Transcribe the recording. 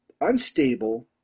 unstable